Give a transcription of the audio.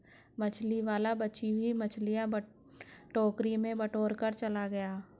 मछली वाला बची हुई मछलियां टोकरी में बटोरकर चला गया